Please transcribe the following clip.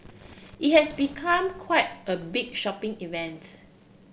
it has become quite a big shopping event